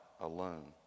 alone